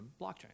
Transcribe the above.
blockchain